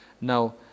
now